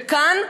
וכאן,